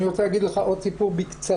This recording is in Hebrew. אני רוצה להגיד לך עוד סיפור בקצרה.